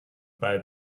bei